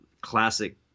classic